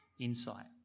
insight